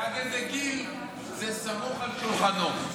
ועד איזה גיל זה "סמוך על שולחנו".